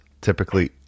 typically